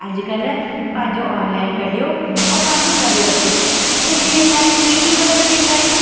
अॼुकल्ह पंहिंजो ऑनलाइन कढियो ऐं पंहिंजो करे वरितो किथे बि वेठा आहियूं केॾीमहिल बि वेठा आहियूं